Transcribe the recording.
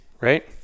right